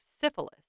syphilis